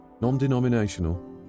non-denominational